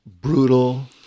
brutal